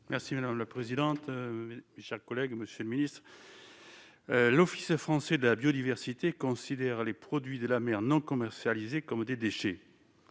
Merci madame la présidente, mes chers collègues, monsieur le Ministre, l'Office français de la biodiversité, considèrent les produits de la mer non commercialisés comme des déchets,